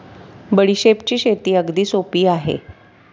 बडीशेपची शेती अगदी सोपी आहे